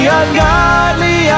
ungodly